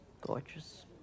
Gorgeous